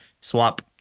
swap